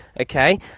okay